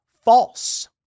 false